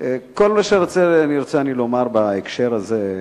כל מה שרוצה אני לומר בהקשר הזה,